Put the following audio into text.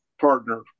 partner